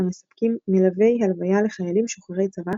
המספקים מלווי הלוויה לחיילים משוחררי צבא,